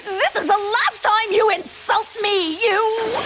this is the last time you insult me, you